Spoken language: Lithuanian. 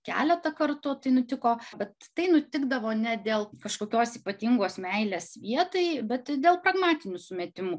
keletą kartų tai nutiko bet tai nutikdavo ne dėl kažkokios ypatingos meilės vietai bet dėl pragmatinių sumetimų